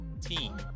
team